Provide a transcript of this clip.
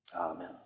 Amen